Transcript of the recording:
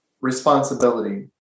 responsibility